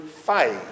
fight